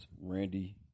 Randy